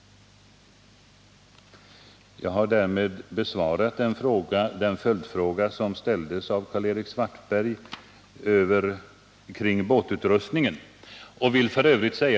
Jag har därmed besvarat den följdfråga som ställdes av Karl-Erik Svartberg om båtutrustningen.